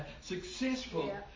successful